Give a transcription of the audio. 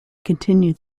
continued